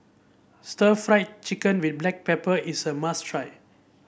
Stir Fried Chicken with Black Pepper is a must try